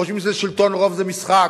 חושבים ששלטון רוב זה משחק.